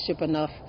enough